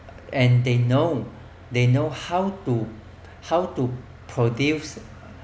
and they know they know how to how to produce